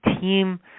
team